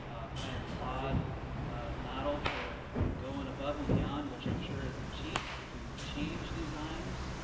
i applaud noddle for going above and beyond, which i'm sure isn't cheap, to change designs